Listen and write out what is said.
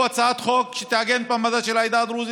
הצעת חוק שתעגן את מעמדה של העדה הדרוזית,